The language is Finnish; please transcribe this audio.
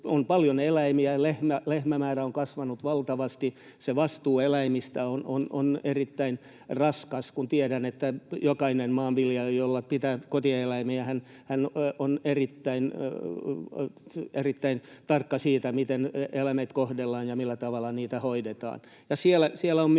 On paljon eläimiä, lehmämäärä on kasvanut valtavasti. Vastuu eläimistä on erittäin raskas, kun tiedän, että jokainen maanviljelijä, joka pitää kotieläimiä, on erittäin tarkka siitä, miten eläimiä kohdellaan ja millä tavalla niitä hoidetaan.